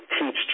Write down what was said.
teach